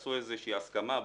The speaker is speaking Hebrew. תעשו איזה שהיא הסכמה,